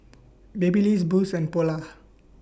Babyliss Boost and Polar